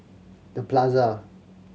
The Plaza